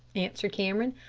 answered cameron.